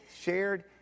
shared